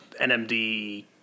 NMD